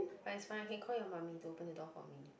but it's fine I can call your mummy to open the door for me